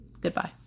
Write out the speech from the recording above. goodbye